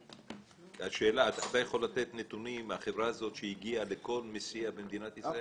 אתה יכול לתת נתונים לגבי החברה הזאת שהגיעה לכל מסיע במדינת ישראל?